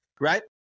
Right